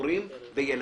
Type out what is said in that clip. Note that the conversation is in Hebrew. להורים וילדים.